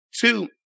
Two